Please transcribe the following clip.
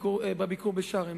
בביקור בשארם.